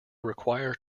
require